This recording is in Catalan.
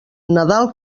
nadal